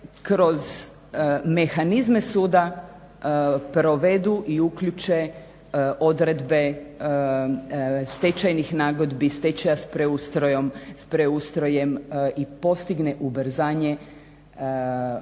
kroz mehanizme suda provedu i uključe odredbe stečajnih nagodbi, stečaja s preustrojem i postigne ubrzanje onoga